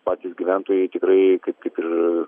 patys gyventojai tikrai kaip kaip ir